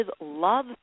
love